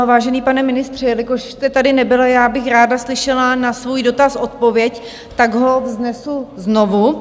Vážený pane ministře, jelikož jste tady nebyl a já bych ráda slyšela na svůj dotaz odpověď, tak ho vznesu znovu.